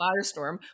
firestorm